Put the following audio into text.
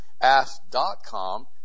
Ask.com